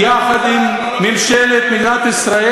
יחד עם ממשלת מדינת ישראל,